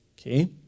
Okay